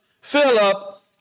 Philip